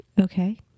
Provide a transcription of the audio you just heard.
Okay